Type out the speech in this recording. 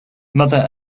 mother